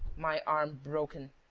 my arm broken!